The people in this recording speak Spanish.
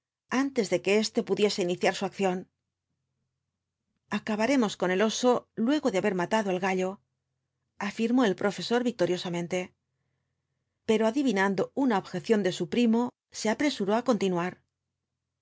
antes de que éste pudiese iniciar su acción acabaremos con el oso luego de haber matado al gallo añrmó el profesor victoriosamente pero adivinando una objeción de su primo se apresuró á continuar